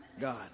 God